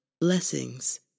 Blessings